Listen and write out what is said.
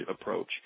approach